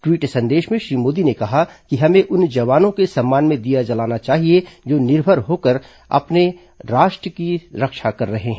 tweet संदेश में श्री मोदी ने कहा कि हमें उन जवानों के सम्मान में दीया जलाना चाहिए जो निर्भय होकर हमारे राष्ट्र की रक्षा कर रहे हैं